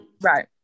right